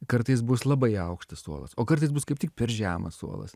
kartais bus labai aukštas suolas o kartais bus kaip tik per žemas suolas